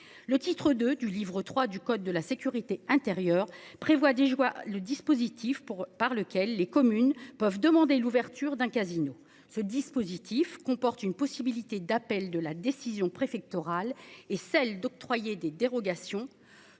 Le titre de du livre III du code de la sécurité intérieure prévoit des je vois le dispositif pour par lequel les communes peuvent demander l'ouverture d'un casino. Ce dispositif comporte une possibilité d'appel de la décision préfectorale et celle d'octroyer des dérogations